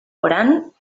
orán